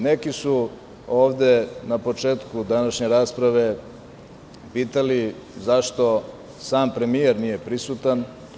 Neki su ovde na početku današnje rasprave pitali – zašto sam premijer nije prisutan?